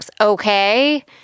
okay